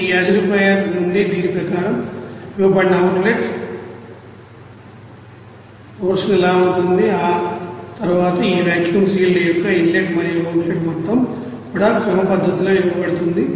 ఈ యాసిడిఫైయర్ నుండి దీని ప్రకారం ఇవ్వబడిన అవుట్లెట్ పోషన్ ఎలా ఉంటుంది ఆ తర్వాత ఈ వాక్యూమ్ స్టీల్ యొక్క ఇన్లెట్ మరియు అవుట్లెట్ మొత్తం కూడా క్రమపద్ధతిలో ఇవ్వబడుతుంది